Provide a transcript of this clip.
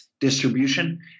distribution